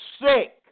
sick